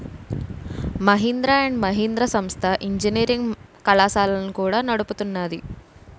Mahindra and Mahindra సంస్థ engineering కళాశాలలను కూడా నడుపుతున్నాది